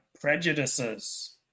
prejudices